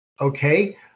okay